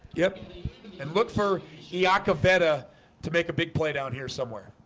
yep and look for yakavetta to make a big play down here somewhere.